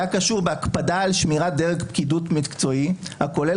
קשור בהקפדה של שמירת דרג פקידות מקצועי הכולל